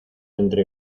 entre